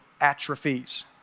atrophies